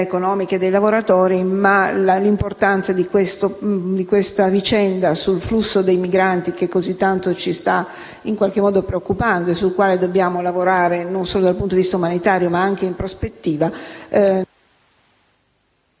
economica e dei lavoratori, ma l'importanza di questa vicenda del flusso dei migranti, che così tanto ci sta preoccupando e sul quale dobbiamo lavorare non solo dal punto di vista umanitario, ma anche in prospettiva,